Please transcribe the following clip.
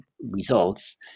results